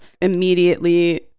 immediately